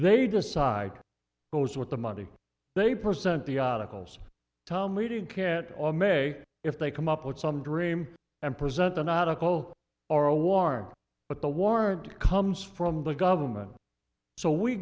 they decide goes with the money they present the articles tom leading can't all may if they come up with some dream and present an article or a war but the war comes from the government so we